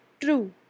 True